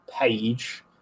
Page